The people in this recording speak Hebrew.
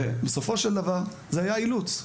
בסופו של דבר זה היה אילוץ.